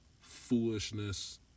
foolishness